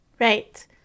Right